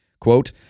Quote